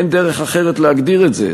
אין דרך אחרת להגדיר את זה.